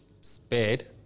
spared